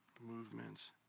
movements